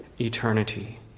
eternity